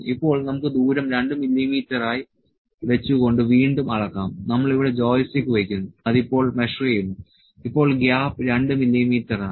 ഇപ്പോൾ നമുക്ക് ദൂരം 2 മില്ലീമീറ്ററായി വെച്ചുകൊണ്ട് വീണ്ടും അളക്കാം നമ്മൾ ഇവിടെ ജോയിസ്റ്റിക്ക് വയ്ക്കുന്നു അത് ഇപ്പോൾ മെഷർ ചെയ്യുന്നു ഇപ്പോൾ ഗ്യാപ്പ് 2 മില്ലീമീറ്ററാണ്